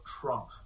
Trump